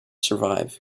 survive